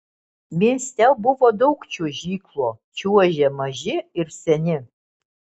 mieste buvo daug čiuožyklų čiuožė maži ir seni